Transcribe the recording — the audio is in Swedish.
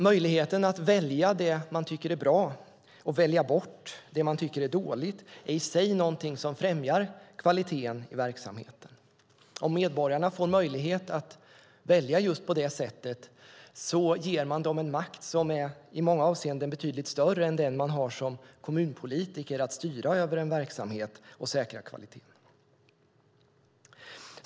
Möjligheten att välja det man tycker är bra och välja bort det man tycker är dåligt är i sig någonting som främjar kvaliteten i verksamheten. Om medborgarna får möjlighet att välja just på det sättet ger man dem en makt som i många avseenden är betydligt större än den man har som kommunpolitiker att styra över en verksamhet och säkra kvaliteten.